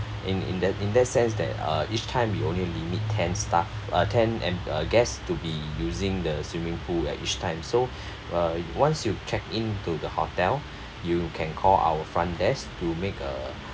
in in that in that sense that uh each time we only limit ten staff uh ten em~ uh guest to be using the swimming pool at each time so once you check into the hotel you can call our front desk to make a